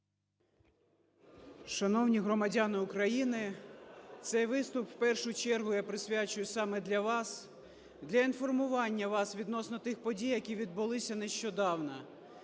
Шановні громадяни України, цей виступ у першу чергу я присвячую саме для вас, для інформування вас відносно тих подій, які відбулися нещодавно.